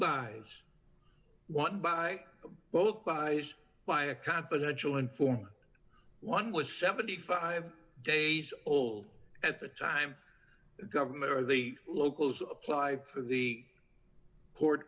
guys one by both guys by a confidential informant one was seventy five days old at the time the government or the locals apply for the court